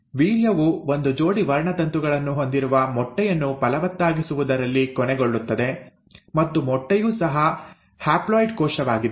ವೀರ್ಯವು ಒಂದು ಜೋಡಿ ವರ್ಣತಂತುಗಳನ್ನು ಹೊಂದಿರುವು ಮೊಟ್ಟೆಯನ್ನು ಫಲವತ್ತಾಗಿಸುವುದರಲ್ಲಿ ಕೊನೆಗೊಳ್ಳುತ್ತದೆ ಮತ್ತು ಮೊಟ್ಟೆಯೂ ಸಹ ಹ್ಯಾಪ್ಲಾಯ್ಡ್ ಕೋಶವಾಗಿದೆ